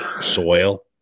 soil